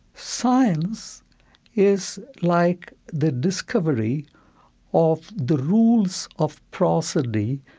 science is like the discovery of the rules of prosody,